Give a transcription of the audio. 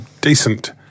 decent